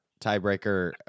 tiebreaker